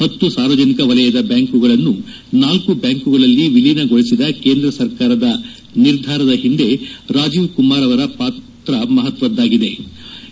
ಹತ್ತು ಸಾರ್ವಜನಿಕ ವಲಯದ ಬ್ಯಾಂಕುಗಳನ್ನು ನಾಲ್ಲು ಬ್ಯಾಂಕುಗಳಲ್ಲಿ ವಿಲೀನಗೊಳಿಸಿದ ಕೇಂದ್ರ ಸರ್ಕಾರದ ನಿರ್ಧಾರದ ಹಿಂದೆ ರಾಜೀವ್ಕುಮಾರ್ ಮಹತ್ವದ ಪಾತ್ರ ವಹಿಸಿದ್ದರು